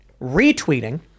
retweeting